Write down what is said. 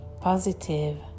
positive